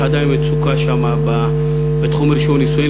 יש עדיין מצוקה שם בתחום רישום נישואין,